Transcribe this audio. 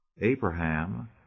Abraham